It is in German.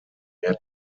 mehr